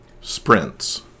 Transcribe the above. sprints